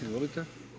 Izvolite.